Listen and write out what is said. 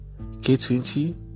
K20